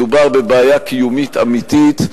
מדובר בבעיה קיומית אמיתית,